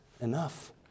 enough